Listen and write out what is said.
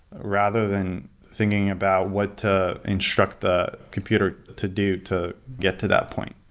rather than thinking about what to instruct the computer to do to get to that point.